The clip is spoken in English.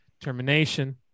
termination